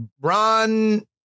Ron